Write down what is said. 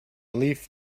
leaf